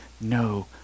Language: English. no